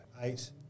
eight